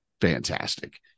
fantastic